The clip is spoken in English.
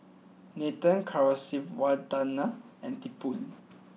Nathan Kasiviswanathan and Tipu